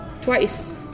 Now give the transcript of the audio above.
Twice